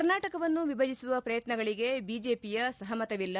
ಕರ್ನಾಟಕವನ್ನು ವಿಭಜಸುವ ಪ್ರಯತ್ನಗಳಿಗೆ ಬಿಜೆಪಿಯ ಸಪಮತವಿಲ್ಲ